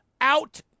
out